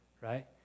right